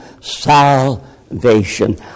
salvation